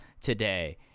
today